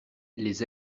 les